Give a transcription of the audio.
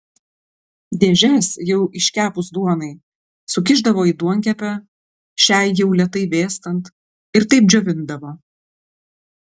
dėžes jau iškepus duonai sukišdavo į duonkepę šiai jau lėtai vėstant ir taip džiovindavo